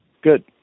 Good